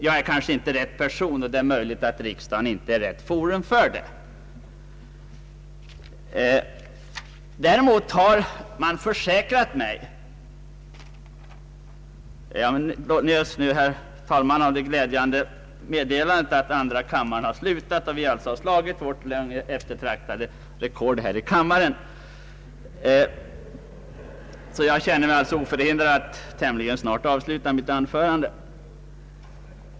Jag är kanske inte rätt person, och det är möjligt att riksdagen inte är rätt forum. Jag möts just nu, herr talman, av det glädjande meddelandet att andra kammaren har slutat och vi alltså nått vårt länge eftertraktade mål här i kammaren! Jag känner mig nu oförhindrad att tämligen snart avsluta mitt anförande.